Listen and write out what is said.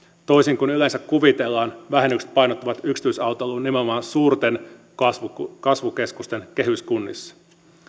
toisin kuin yleensä kuvitellaan vähennykset painottuvat yksityisautoiluun nimenomaan suurten kasvukeskusten kasvukeskusten kehyskunnissa